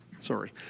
sorry